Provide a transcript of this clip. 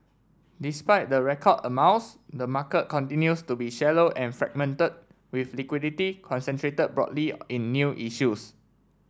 despite the record amounts the market continues to be shallow and fragmented with liquidity concentrated broadly in new issues